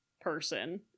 person